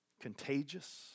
contagious